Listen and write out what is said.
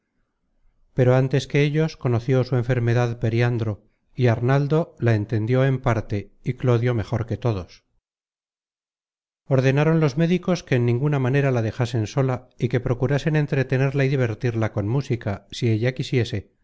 pero antes que ellos conoció su content from google book search generated at enfermedad periandro y arnaldo la entendió en parte y clodio mejor que todos ordenaron los médicos que en ninguna manera la dejasen sola y que procurasen entretenerla y divertirla con música si ella quisiese